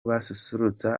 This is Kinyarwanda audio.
bazasusurutsa